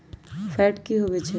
Fat की होवछै?